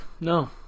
no